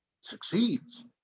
succeeds